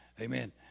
Amen